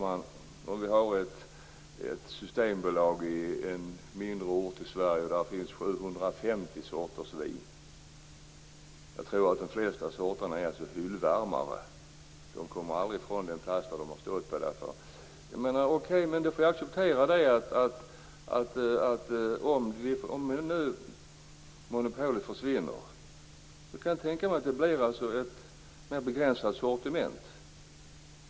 Fru talman! På ett systembolag på en mindre ort i Sverige där det finns 750 sorters vin tror jag att de flesta sorter är hyllvärmare, som aldrig kommer från den plats där de står. Vi får acceptera att det blir ett mer begränsat sortiment om monopolet försvinner.